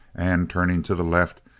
and turning to the left,